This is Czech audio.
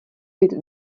být